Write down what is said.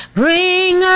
bring